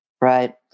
Right